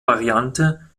variante